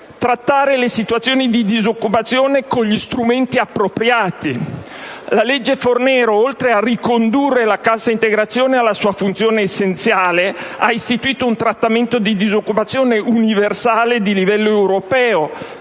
trattare le situazioni di disoccupazione con gli strumenti appropriati. La legge Fornero, oltre a ricondurre la cassa integrazione alla sua funzione essenziale, ha istituito un trattamento di disoccupazione universale di livello europeo,